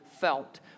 felt